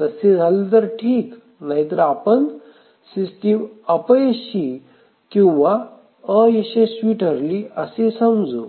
तसे झाले तर ठीक नाहीतर आपण सिस्टीम अपयशी किंवा अयशस्वी ठरली असे समजू